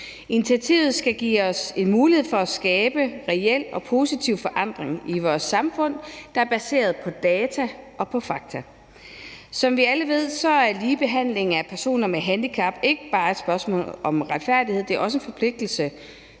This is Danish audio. Initiativet skal give os en mulighed for at skabe reel og positiv forandring i vores samfund, der er baseret på data og på fakta. Som vi alle ved, er ligebehandling af personer med handicap ikke bare et spørgsmål om retfærdighed. Det er også en forpligtelse,